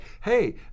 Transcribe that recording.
hey